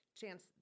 chance